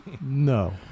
No